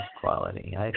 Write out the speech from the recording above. quality